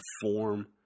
form